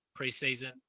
preseason